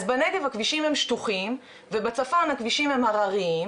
אז בנגב הכבישים הם שטוחים ובצפון הכבישים הם הרריים,